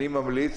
אני ממליץ